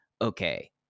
okay